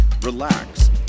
relax